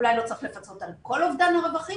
אולי לא צריך לפצות על כל אובדן הרווחים,